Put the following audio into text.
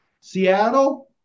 Seattle